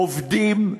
עובדים,